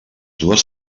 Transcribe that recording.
dues